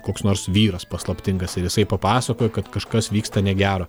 koks nors vyras paslaptingas ir jisai papasakoja kad kažkas vyksta negero